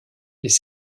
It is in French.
des